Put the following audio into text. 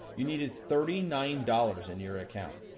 you needed thirty nine dollars in your account,